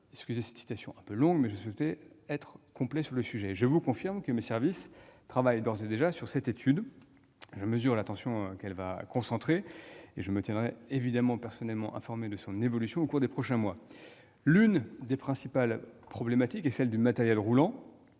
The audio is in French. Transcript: Cette étude est transmise au Parlement ». Je vous confirme que mes services travaillent d'ores et déjà sur cette étude. Je mesure l'attention qu'elle va concentrer, et je me tiendrai personnellement informé de son évolution au cours des prochains mois. L'une des principales problématiques est celle du matériel roulant,